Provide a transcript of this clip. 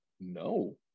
no